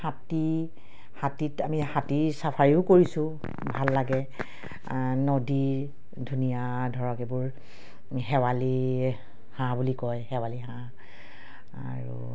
হাতী হাতীত আমি হাতীৰ চাফাৰীও কৰিছোঁ ভাল লাগে নদীৰ ধুনীয়া ধৰক এইবোৰ শেৱালী হাঁহ বুলি কয় শেৱালী হাঁহ আৰু